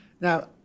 Now